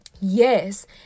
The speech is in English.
yes